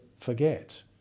forget